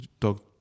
talk